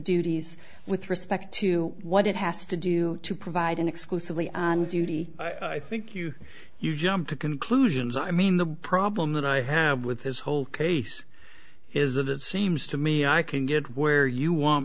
duties with respect to what it has to do to provide an exclusively on duty i think you you jump to conclusions i mean the problem that i have with his whole case is that it seems to me i can get where you want